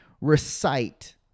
recite